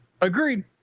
Agreed